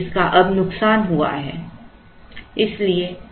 जिसका अब नुकसान हुआ है